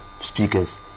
speakers